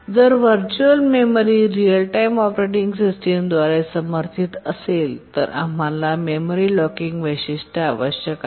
जर virtual memory real time operating system द्वारे समर्थित असेल तर आम्हाला मेमरी लॉकिंग वैशिष्ट्य आवश्यक आहे